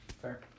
Fair